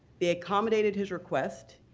they accommodated his request,